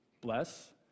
Bless